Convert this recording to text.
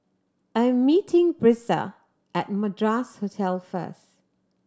I'm meeting Brisa at Madras Hotel first